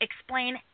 explain